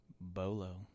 Bolo